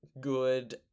good